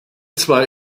zwar